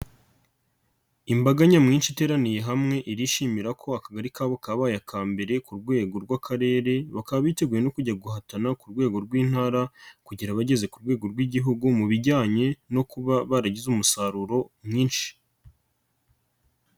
Imbaga nyamwinshi iteraniye hamwe irishimira ko Akagari kabo kabaye aka mbere ku rwego rw'Akarere bakaba biteguye no kujya guhatana ku rwego rw'Intara kugera bageze ku rwego rw'Igihugu mu bijyanye no kuba baragize umusaruro mwinshi.